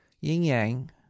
yin-yang